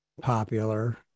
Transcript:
popular